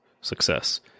success